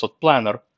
Planner